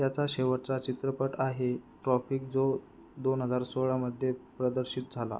त्याचा शेवटचा चित्रपट आहे ट्राॅफिक जो दोन हजार सोळामध्ये प्रदर्शित झाला